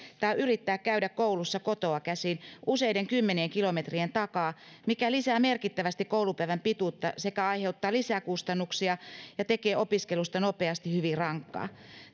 tai yrittää käydä koulussa kotoa käsin useiden kymmenien kilometrien takaa mikä lisää merkittävästi koulupäivän pituutta sekä aiheuttaa lisäkustannuksia ja tekee opiskelusta nopeasti hyvin rankkaa